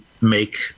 make